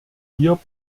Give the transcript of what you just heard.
hier